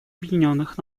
объединенных